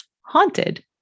haunted